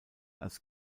als